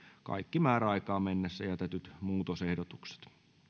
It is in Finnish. kaikki määräaikaan mennessä jätetyt muutosehdotukset